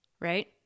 right